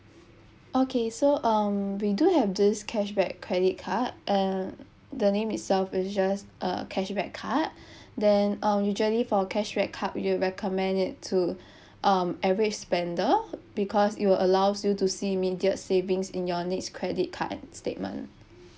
okay so um we do have this cashback credit card uh the name itself is just a cashback card then um usually for cashback card we recommend it to um average spender because it allows you to see immediate savings in your next credit card statement